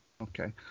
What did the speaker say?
Okay